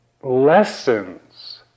Lessons